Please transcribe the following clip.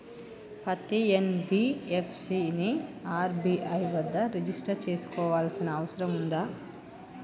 పత్తి ఎన్.బి.ఎఫ్.సి ని ఆర్.బి.ఐ వద్ద రిజిష్టర్ చేసుకోవాల్సిన అవసరం ఉందా?